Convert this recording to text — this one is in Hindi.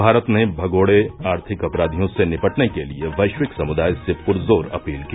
भारत ने भगोड़े आर्थिक अपराधियों से निपटने के लिए वैश्विक समुदाय से पुरजोर अपील की